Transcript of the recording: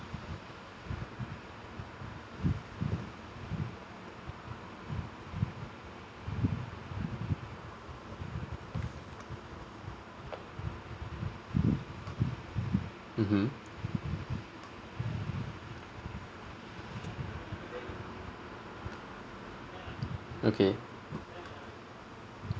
mmhmm okay